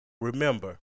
remember